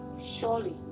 surely